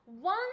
One